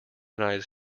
united